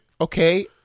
Okay